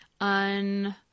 un